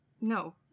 No